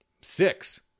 Six